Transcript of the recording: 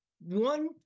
one